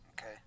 Okay